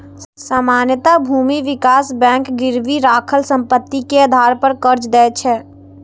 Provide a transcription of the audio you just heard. सामान्यतः भूमि विकास बैंक गिरवी राखल संपत्ति के आधार पर कर्ज दै छै